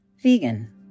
Vegan